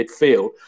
midfield